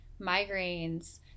migraines